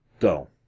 go